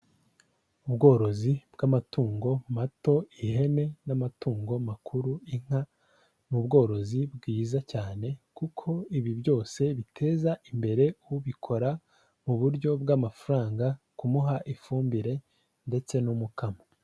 Ubworozi bw'amatungo mato ihene n'amatungo makuru inka ni ubworozi bwiza cyane kuko ibi byose biteza imbere ubikora muburyo bw'amafaranga kumuha ifumbire ndetse n'umukamo.